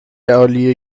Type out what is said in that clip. عالیه